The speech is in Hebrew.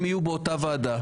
הם יהיו באותה ועדה.